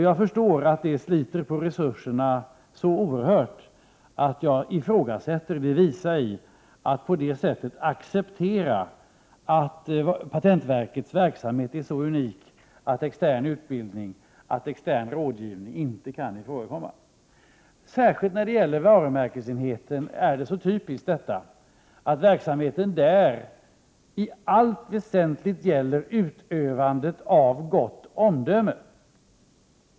Jag förstår att det sliter på resurserna oerhört, och jag ifrågasätter det visa i att hävda att patentverkets verksamhet är så unik att extern rådgivning inte kan förekomma. Särskilt varumärkesenheten kännetecknas av att man där i allt väsentligt måste ha gått omdöme.